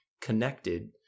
connected